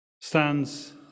stands